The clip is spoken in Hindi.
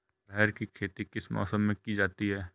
अरहर की खेती किस मौसम में की जाती है?